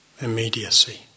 immediacy